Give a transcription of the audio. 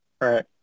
right